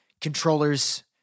Controllers